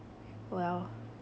well